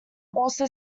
also